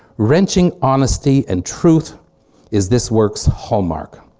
wrenching honesty and truth is this works hallmark.